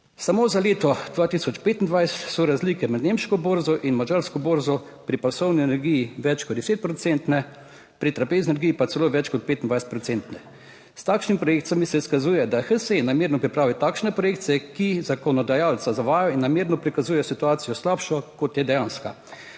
Samo za leto 2025 so razlike med nemško borzo in madžarsko borzo. Pri pasovni energiji več kot 10 %, pri trapeznergiji pa celo več kot 25 %. S takšnimi projekcijami se izkazuje, da HSE namerno pripravi takšne projekte, ki zakonodajalca zavajajo in namerno prikazujejo situacijo slabšo, kot je dejanska.